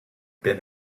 been